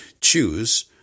choose